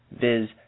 viz